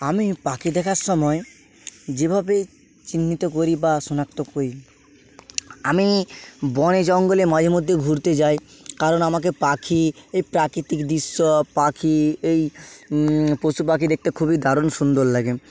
আমি পাখি দেখার সময় যেভাবে চিহ্নিত করি বা শনাক্ত করি আমি বনে জঙ্গলে মাঝে মধ্যে ঘুরতে যাই কারণ আমাকে পাখি এই প্রাকৃতিক দৃশ্য পাখি এই পশুপাখি দেখতে খুবই দারুণ সুন্দর লাগে